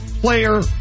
player